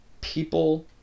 people